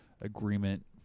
agreement